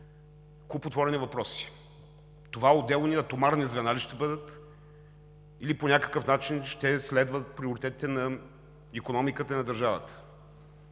куп отворени въпроси: това отделни атомарни звена ли ще бъдат, или по някакъв начин ще следват приоритетите на икономиката и на държавата;